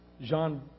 Jean